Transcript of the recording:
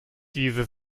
diese